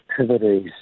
activities